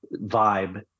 vibe